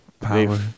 Power